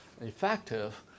effective